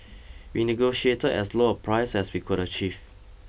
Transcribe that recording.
we negotiated as low a price as we could achieve